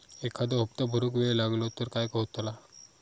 एखादो हप्तो भरुक वेळ लागलो तर काय होतला?